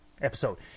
episode